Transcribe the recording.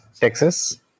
Texas